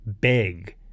big